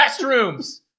restrooms